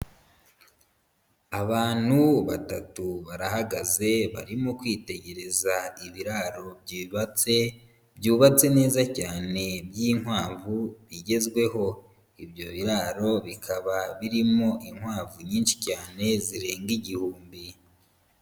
Abantu batatu barahagaze barimo kwitegereza ibiraro byibatse, byubatse neza cyane by'inkwavu bigezweho, ibyo biraro bikaba birimo inkwavu nyinshi cyane zirenga igihumbi.